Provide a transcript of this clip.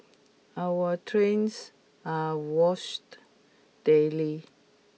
our trains are washed daily